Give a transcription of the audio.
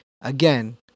again